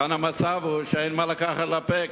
כאן המצב הוא שאין מה לקחת לפה,